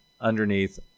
underneath